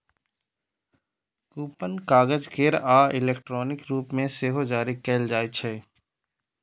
coupon कागज केर आ इलेक्ट्रॉनिक रूप मे सेहो जारी कैल जाइ छै